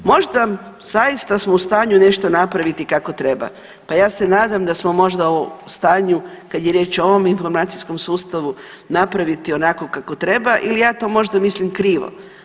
Možda zaista smo u stanju nešto napraviti kako treba, pa ja se nadam da smo možda u stanju kad je riječ o ovom informacijskom sustavu napraviti onako kako treba ili ja to možda mislim krivo.